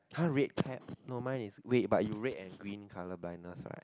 !huh! red cap no mine is wait but you red and green color blindness right